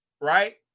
Right